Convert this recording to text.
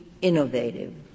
innovative